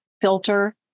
filter